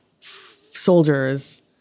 soldiers